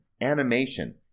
animation